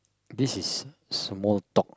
this is small talk